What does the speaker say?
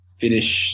finish